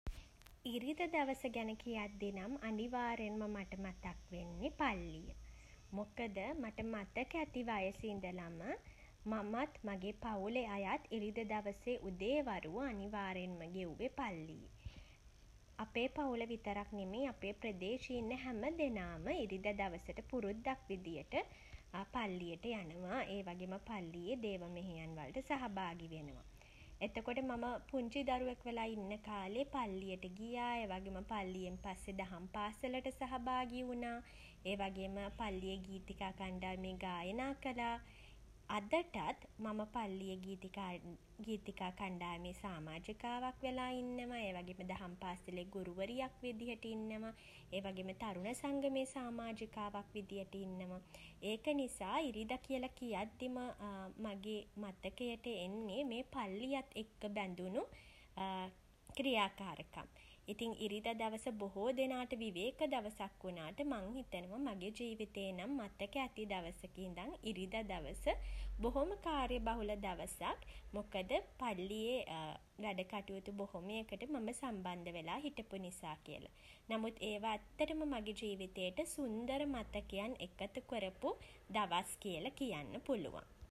ඉරිදා දවස ගැන කියද්දී නම් අනිවාර්යයෙන්ම මට මතක් වෙන්නේ පල්ලිය. මොකද මට මතක ඇති වයසේ ඉදලම මමත් මගේ පවුලේ අයත් ඉරිදා දවසෙ උදේ වරුව අනිවාර්යෙන්ම ගෙව්වේ පල්ලියේ. අපේ පවුල විතරක් නෙමෙයි අපේ ප්‍රදේශයේ ඉන්න හැමදෙනාම ඉරිදා දවසට පුරුද්දක් විදියට පල්ලියට යනවා. ඒ වගේම පල්ලියේ දේව මෙහෙයන් වලට සහභාගි වෙනවා. එතකොට මම පුංචි දරුවෙක් වෙලා ඉන්න කාලේ පල්ලියට ගියා. ඒ වගේම පල්ලියෙන් පස්සෙ දහම් පාසලට සහභාගී වුණා. ඒ වගේම පල්ලියේ ගීතිකා කණ්ඩායමේ ගායනා කළා. අදටත් මම පල්ලියේ ගීතිකා ගීතිකා කණ්ඩායමේ සාමාජිකාවක් වෙලා ඉන්නවා. ඒ වගේම දහම් පාසලේ ගුරුවරියක් විදිහට ඉන්නවා. ඒ වගේම තරුණ සංගමයේ සාමාජිකාවක් විදිහට ඉන්නවා. ඒක නිසා ඉරිදා කියලා කියද්දිම මගේ මතකයට එන්නේ මේ පල්ලියත් එක්ක බැඳුණු ක්‍රියාකාරකම්. ඉතින් ඉරිදා දවස බොහෝ දෙනාට විවේක දවසක් වුනාට මං හිතනවා මගේ ජීවිතේ නම් මතක ඇති දවසක ඉඳන් ඉරිදා දවස බොහොම කාර්යබහුල දවසක්. මොකද පල්ලියේ වැඩකටයුතු බොහොමයකට මම සම්බන්ධ වෙලා හිටපු නිසා කියල. නමුත් ඒවා ඇත්තටම මගේ ජීවිතේට සුන්දර මතකයන් එකතු කරපු දවස් කියලා කියන්න පුළුවන්.